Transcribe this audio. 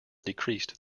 decreased